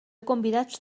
convidats